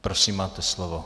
Prosím, máte slovo.